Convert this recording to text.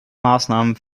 maßnahmen